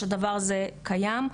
שהדבר הזה קיים.